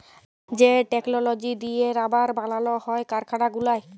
যে টেকললজি দিঁয়ে রাবার বালাল হ্যয় কারখালা গুলায়